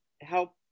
help